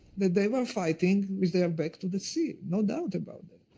that they were fighting with their back to the sea, no doubt about it.